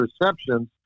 receptions